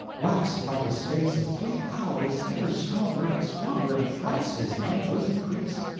waxed by the space of three hours ever stronger and stronger and thrice his might was increased.